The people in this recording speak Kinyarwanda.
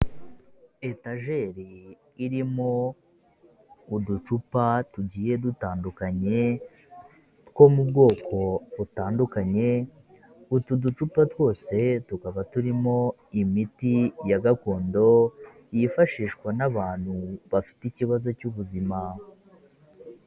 Etajeri irimo uducupa tugiye dutandukanye two mu bwoko butandukanye, utu ducupa twose tukaba turimo imiti ya gakondo yifashishwa n'abantu bafite ikibazo cy'ubuzima.